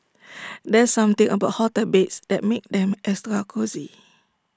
there's something about hotel beds that makes them extra cosy